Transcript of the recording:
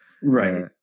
Right